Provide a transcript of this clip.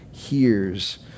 hears